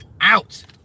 out